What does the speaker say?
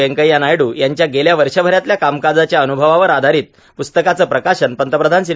व्यंकय्या नायडू यांच्या गेल्या वर्षभरातल्या कामकाजाच्या अन्रभवावर आधारित प्रस्तकाचं प्रकाशन पंतप्रधान श्री